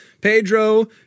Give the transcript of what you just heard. Pedro